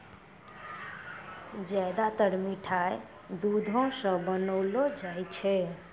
ज्यादातर मिठाय दुधो सॅ बनौलो जाय छै